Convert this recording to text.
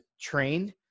trained